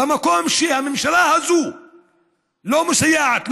במקום שהממשלה הזו לא מסייעת,